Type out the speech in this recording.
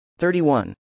31